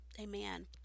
Amen